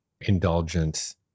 indulgence